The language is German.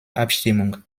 abstimmung